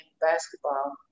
basketball